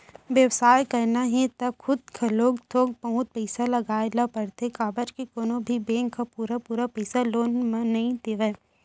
बेवसाय करना हे त खुद घलोक थोक बहुत पइसा लगाए ल परथे काबर के कोनो भी बेंक ह पुरा पुरा पइसा लोन म नइ देवय